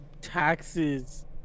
taxes